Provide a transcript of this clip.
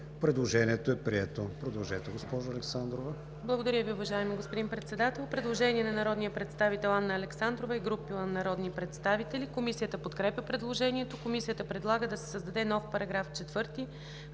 Предложението е прието.